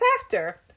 factor